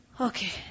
Okay